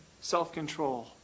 self-control